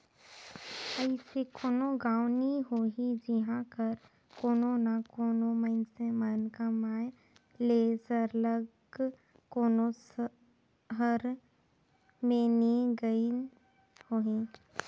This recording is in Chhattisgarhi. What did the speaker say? अइसे कोनो गाँव नी होही जिहां कर कोनो ना कोनो मइनसे मन कमाए ले सरलग कोनो सहर में नी गइन होहीं